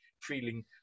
feeling